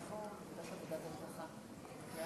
על מה